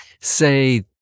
say